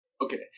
Okay